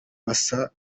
basaga